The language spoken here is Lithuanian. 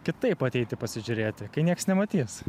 kitaip ateiti pasižiūrėti kai nieks nematys